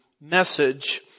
message